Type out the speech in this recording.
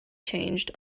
changed